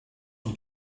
une